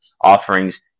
offerings